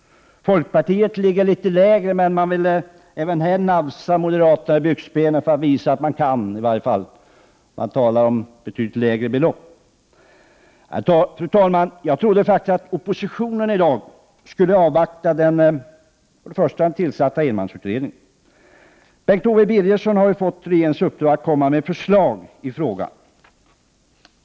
Folkpartiet ligger litet lägre, men man vill även här nafsa moderaterna i byxbenen, för att visa vad man kan. Man talar i varje fall om betydligt lägre belopp. Fru talman! Jag trodde faktiskt att oppositionen skulle avvakta den tillsatta enmansutredningen. Bengt Owe Birgersson har ju fått regeringens uppdrag att komma med förslag i frågan.